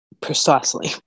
precisely